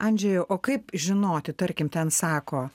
andžejau o kaip žinoti tarkim ten sako